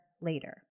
later